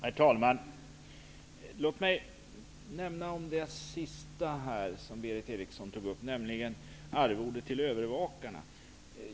Herr talman! Låt mig ta upp det sista som Berith Eriksson nämnde, nämligen arvodet till övervakarna.